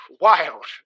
wild